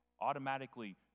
automatically